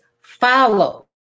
follow